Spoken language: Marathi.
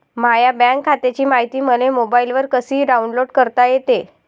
माह्या बँक खात्याची मायती मले मोबाईलवर कसी डाऊनलोड करता येते?